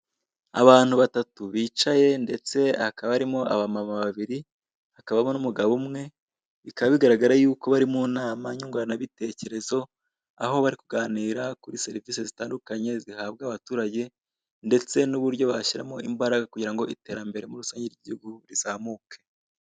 Abantu batatu bicaye ndetse hakaba harimo abamama babiri, hakabamo n'umugabo umwe, bikaba bigaragara yuko bari mu inama nyungurana bitekerezo aho bari kuganira kuri serivise zitandukanye zihabwa abaturage, ndetse n'uburyo bashyiramo imbaraga kugira ngo iterambere muri rusange ry'igihugu rizamuke.